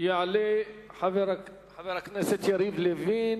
יעלה חבר הכנסת יריב לוין,